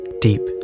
deep